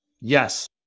yes